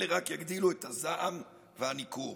אלה רק יגדילו את הזעם והניכור.